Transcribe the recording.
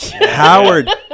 Howard